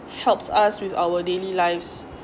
helps us with our daily lives